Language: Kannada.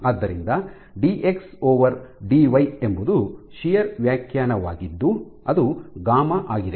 ಆದ್ದರಿಂದ ಡಿಎಕ್ಸ್ ಡಿವೈ dx dy ಎಂಬುದು ಶಿಯರ್ ವ್ಯಾಖ್ಯಾನವಾಗಿದ್ದು ಅದು ಗಾಮಾ γ ಆಗಿದೆ